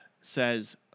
says